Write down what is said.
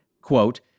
quote